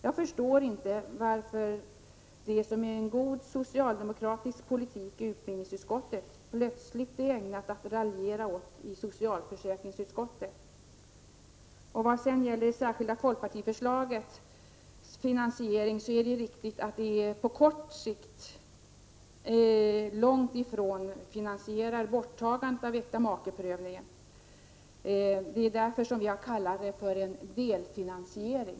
Jag förstår inte varför det som är en god socialdemokratisk politik i utbildningsutskottet plötsligt är ägnat att raljera över i socialförsäkringsutskottet. Vad gäller det särskilda folkpartiförslagets finansiering är det riktigt att vi på kort sikt långt ifrån finansierar borttagandet av äktamakeprövningen. Det är därför vi har kallat det för en delfinansiering.